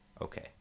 Okay